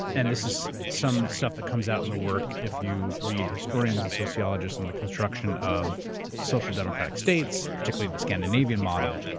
and this is some stuff that comes out in the work if you read historians and sociologists on the construction of social democratic states, particularly the scandinavian model.